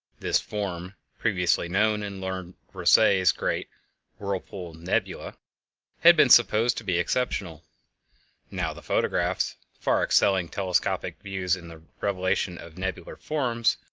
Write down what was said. this form, previously known in lord rosse's great whirlpool nebula had been supposed to be exceptional now the photographs, far excelling telescopic views in the revelation of nebular forms,